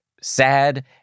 sad